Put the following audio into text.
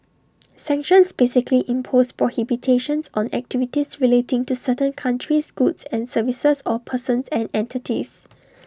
sanctions basically impose prohibitions on activities relating to certain countries goods and services or persons and entities